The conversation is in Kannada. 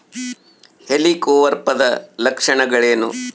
ಹೆಲಿಕೋವರ್ಪದ ಲಕ್ಷಣಗಳೇನು?